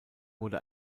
wurde